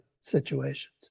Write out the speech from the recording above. situations